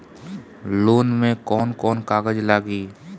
Loan में कौन कौन कागज लागी?